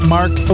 Mark